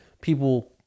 people